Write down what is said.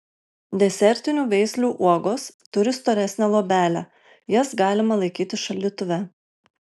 desertinių veislių uogos turi storesnę luobelę jas galima laikyti šaldytuve